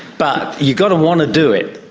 but you've got to want to do it,